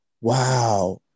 Wow